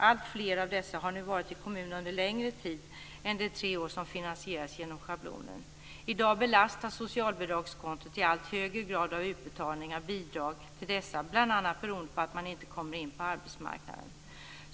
Alltfler av dessa har nu varit i kommunen under längre tid än de tre år som finansieras genom schablonen. I dag belastas socialbidragskontot i allt högre grad av utbetalningar av bidrag till dessa bl.a. beroende på att de inte kommer in på arbetsmarknaden.